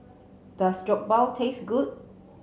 does Jokbal taste good